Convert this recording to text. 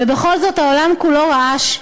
ובכל זאת העולם כולו רעש,